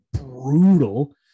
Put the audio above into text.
brutal –